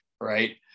right